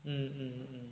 mm mm mm